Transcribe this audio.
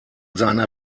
seiner